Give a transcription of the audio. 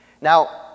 Now